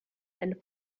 and